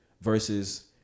versus